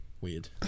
Weird